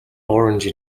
orange